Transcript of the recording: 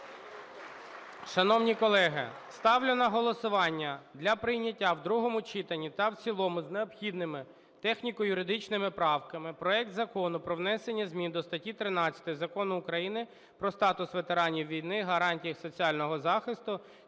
Шановні колеги, ставлю на голосування для прийняття в другому читанні та в цілому з необхідними техніко-юридичними правками проект Закону про внесення зміни до статті 13 Закону України "Про статус ветеранів війни, гарантії їх соціального захисту"